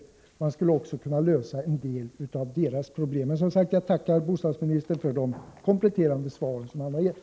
Jag tackar än en gång bostadsministern för de kompletterande svar som han har gett.